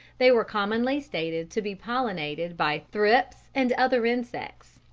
they were commonly stated to be pollinated by thrips and other insects.